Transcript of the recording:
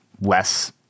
less